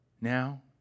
now